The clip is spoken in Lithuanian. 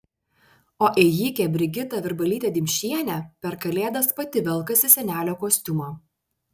o ėjikė brigita virbalytė dimšienė per kalėdas pati velkasi senelio kostiumą